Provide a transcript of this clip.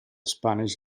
spanish